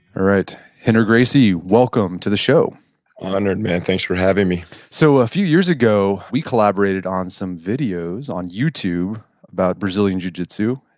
right, rener gracie, welcome to the show honored man, thanks for having me so a few years ago we collaborated on some videos on youtube about brazilian jujitsu,